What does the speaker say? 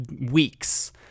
weeks